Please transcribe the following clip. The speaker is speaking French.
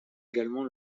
également